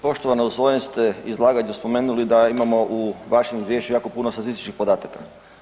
Poštovana, u svojem ste izlaganju spomenuli da imamo u vašem Izvješću jako puno statističkih podataka.